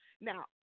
Now